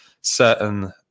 certain